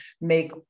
make